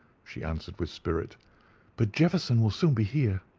she answered, with spirit but jefferson will soon be here.